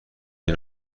این